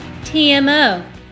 TMO